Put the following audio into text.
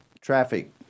traffic